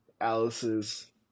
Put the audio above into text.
Alice's